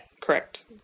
correct